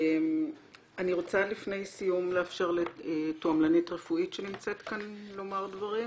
אני רוצה לפני סיום לאפשר לתועמלנית רפואית שנמצאת כאן לומר דברים.